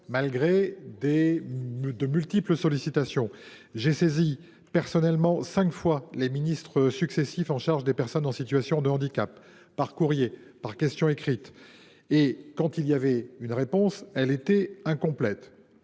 malgré de multiples sollicitations. J’ai personnellement saisi cinq fois les ministres successifs chargés des personnes en situation de handicap, par courrier et par question écrite. Quand j’ai obtenu une réponse, celle ci était incomplète